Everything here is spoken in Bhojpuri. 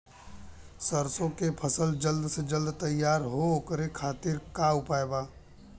सरसो के फसल जल्द से जल्द तैयार हो ओकरे खातीर का उपाय बा?